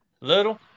little